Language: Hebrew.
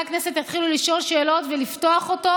הכנסת יתחילו לשאול שאלות ולפתוח אותו,